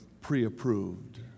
pre-approved